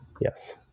yes